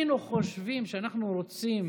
אבל אם היינו חושבים שאנחנו רוצים